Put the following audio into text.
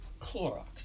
Clorox